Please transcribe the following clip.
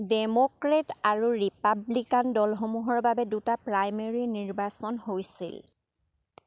Democrat আৰু Republican দলসমূহৰ বাবে দুটা প্ৰাইমেৰী নিৰ্বাচন হৈছিল